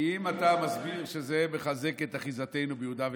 כי אם אתה מסביר שזה מחזק את אחיזתנו ביהודה ושומרון,